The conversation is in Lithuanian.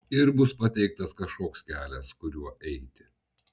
ir bus pateiktas kažkoks kelias kuriuo eiti